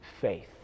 faith